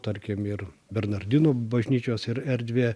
tarkim ir bernardinų bažnyčios ir erdvė